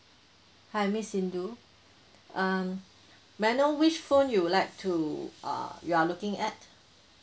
hi miss sindu um may I know which phone you would like to uh you are looking at